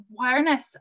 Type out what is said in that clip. awareness